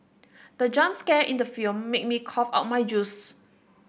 the jump scare in the film made me cough out my juice